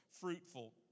fruitful